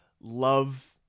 love